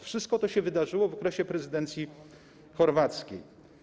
Wszystko to wydarzyło się w okresie prezydencji chorwackiej.